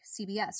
CBS